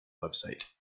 website